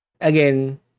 Again